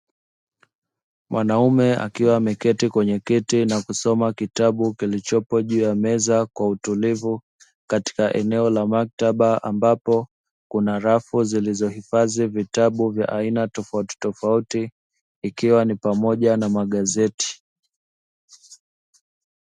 Mwanaume akiwa ameketi kwenye kiti na kusoma kitabu kilichopo juu ya meza kwa utulivu katika eneo la maktaba ambapo kuna rafu zilizohifadhi vitabu vya aina tofauti tofauti ikiwa ni pamoja na magazeti